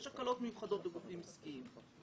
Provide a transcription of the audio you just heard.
יש הקלות מיוחדות לגופים עסקיים.